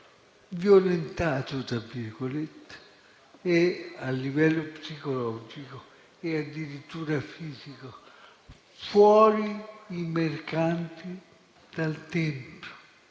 - lo dico tra virgolette - a livello psicologico e addirittura fisico. Fuori i mercanti dal tempio.